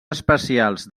especials